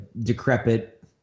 decrepit